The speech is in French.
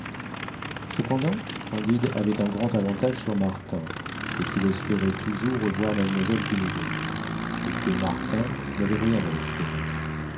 cependant candide avait un grand avantage sur martin c'est qu'il espérait toujours revoir mademoiselle cunégonde et que martin n'avait rien à espérer